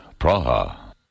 Praha. (